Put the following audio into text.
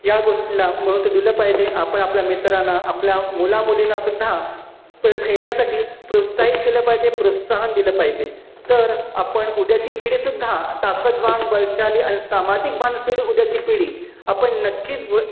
या गोष्टीला महत्त्व दिलं पाहिजे आपण आपल्या मित्रांना आपल्या मुलामुलींनासुद्धा प्रे खेळण्यासाठी प्रोत्साहित केलं पाहिजे प्रोत्साहन दिलं पाहिजे तर आपण उद्याची पिढीसुद्धा ताकदवान बलशाली आणि सामाजिक भान असलेली उद्याची पिढी आपण नक्कीच ब